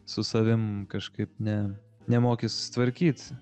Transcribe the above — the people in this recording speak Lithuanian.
su savim kažkaip ne nemoki susitvarkyt